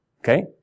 Okay